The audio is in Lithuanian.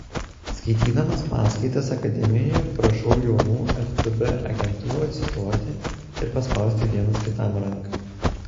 skaitydamas paskaitas akademijoje prašau jaunų ftb agentų atsistoti ir paspausti vienas kitam ranką